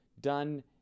done